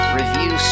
review